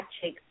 Chicks